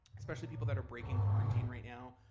especially people that are breaking quarantine right now